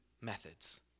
methods